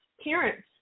parents